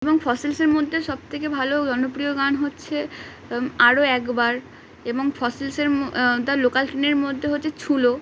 এবং ফসলসের মধ্যে সব থেকে ভালো জনপ্রিয় গান হচ্ছে আরও একবার এবং ফসিলসের তার লোকাল ট্রেনের মধ্যে হচ্ছে ছুলো